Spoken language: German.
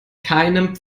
keinem